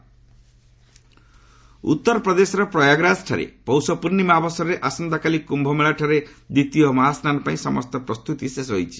କୁମ୍ଭମେଳା ଉତ୍ତରପ୍ରଦେଶ ପ୍ରୟାଗରାଜରେ ପୌଷପୂର୍ଣ୍ଣିମା ଅବସରରେ ଆସନ୍ତାକାଲି କ୍ୟୁମେଳାରେ ଦ୍ୱିତୀୟ ମହାସ୍ନାନ ପାଇଁ ସମସ୍ତ ପ୍ରସ୍ତୁତି ଶେଷ ହୋଇଛି